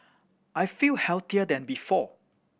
I feel healthier than before